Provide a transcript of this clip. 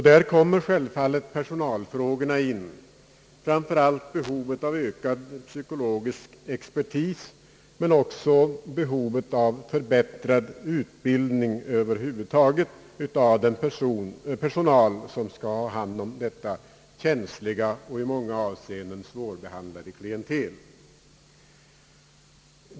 Där kommer självfallet personalfrågorna in och framför allt behovet av ökad psykologisk expertis men också behovet av förbättrad utbildning över huvud taget av den personal som skall ha hand om detta känsliga och i många avseenden svårbehandlade klientel.